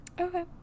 Okay